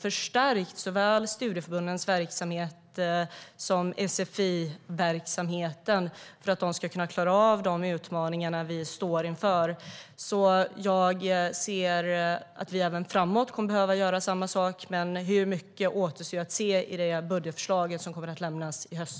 förstärkt såväl studieförbundens verksamhet som sfi-verksamheten så att de ska kunna klara av de utmaningarna. Jag ser att vi kommer att behöva göra samma sak även framåt. Med hur mycket återstår att se i budgetförslaget som kommer att lämnas i höst.